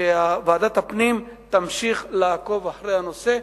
היא שוועדת הפנים תמשיך לעקוב אחרי הנושא,